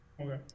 Okay